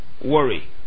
worry